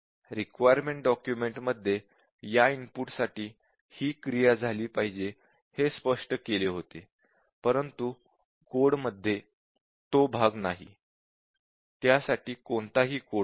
requirement document मध्ये या input साठी ही क्रिया झाली पाहिजे हे स्पष्ट केले होते परंतु कोडमध्ये तो भाग नाही त्यासाठी कोणताही कोड नाही